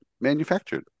manufactured